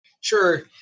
Sure